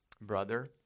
brother